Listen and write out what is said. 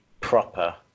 proper